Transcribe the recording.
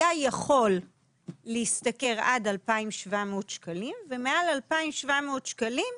היה יכול להשתכר עד 2,700 שקלים ומעל 2,700 שקלים,